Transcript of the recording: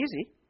easy